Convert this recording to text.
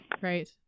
Right